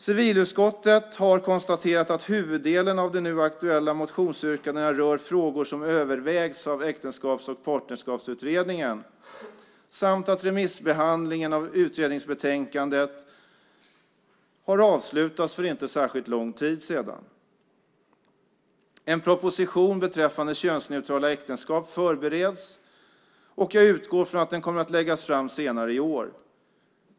Civilutskottet har konstaterat att huvuddelen av de nu aktuella motionsyrkandena rör frågor som övervägs av Äktenskaps och partnerskapsutredningen samt att remissbehandlingen av utredningsbetänkandet avslutats för inte särskilt länge sedan. En proposition beträffande könsneutrala äktenskap förbereds, och jag utgår från att den kommer att läggas fram senare i år.